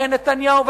הרי נתניהו,